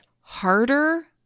harder